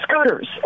scooters